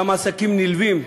גם עסקים נלווים.